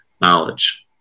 knowledge